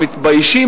המתביישים,